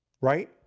right